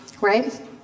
right